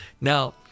Now